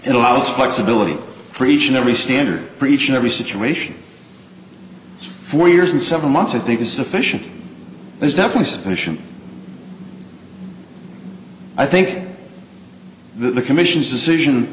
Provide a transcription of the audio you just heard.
it allows flexibility for each and every standard for each and every situation for years and several months i think is sufficient is definitely sufficient i think the commission's decision